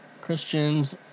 Christians